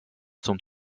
zum